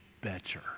better